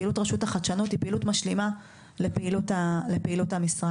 פעילות רשות החדשנות היא פעילות משלימה לפעילות משרד,